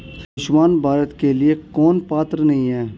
आयुष्मान भारत के लिए कौन पात्र नहीं है?